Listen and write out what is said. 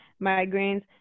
migraines